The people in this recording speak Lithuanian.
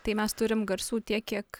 tai mes turim garsų tiek kiek